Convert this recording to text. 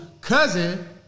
cousin